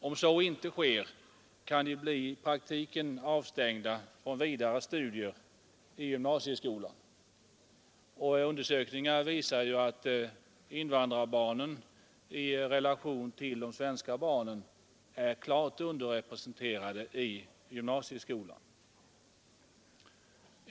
Om så inte sker, kan de i praktiken bli avstängda från vidarestudier i gymnasieskolan. Gjorda undersökningar visar att invandrarbarnen i relation till de svenska barnen är klart underrepresenterade i gymnasieskolan.